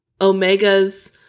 Omega's